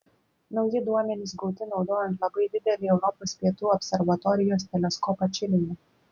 nauji duomenys gauti naudojant labai didelį europos pietų observatorijos teleskopą čilėje